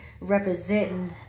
representing